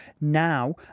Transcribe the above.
Now